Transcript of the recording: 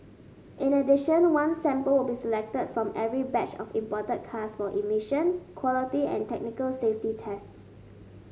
in addition one sample will be selected from every batch of imported cars for emission quality and technical safety tests